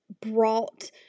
brought